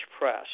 press